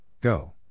Go